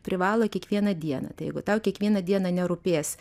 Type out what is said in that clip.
privalo kiekvieną dienątai jeigu tau kiekvieną dieną nerūpės